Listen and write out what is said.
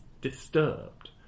disturbed